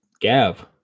Gav